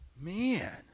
man